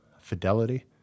fidelity